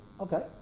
Okay